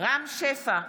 רם שפע,